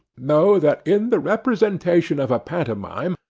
know, that in the representation of a pantomime,